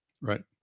Right